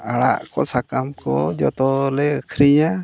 ᱟᱲᱟᱜ ᱠᱚ ᱥᱟᱠᱟᱢ ᱠᱚ ᱡᱚᱛᱚᱞᱮ ᱟᱹᱠᱷᱨᱤᱧᱟ